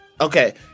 Okay